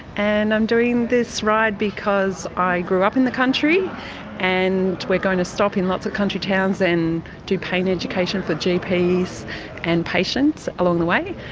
and i'm doing this ride because i grew up in the country and we're going to stop in lots of country towns and do pain education for gps and patients along the way.